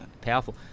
powerful